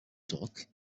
talk